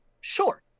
sure